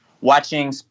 watching